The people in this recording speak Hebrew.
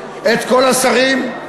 את כל השרים,